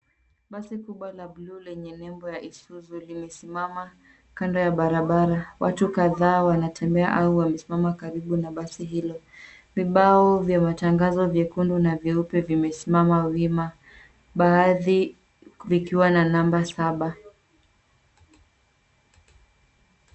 Basi kubwa la buluu lenye nembo ya Isuzu limesimama kando ya barabara. Watu kadhaa wanatembea au wamesimama karibu ya basi hilo. Vibao vya matangazo vyekundu na vyeupe vimesimama wima baadhi vikiwa na namba saba.